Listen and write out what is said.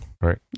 Right